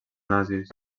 nazis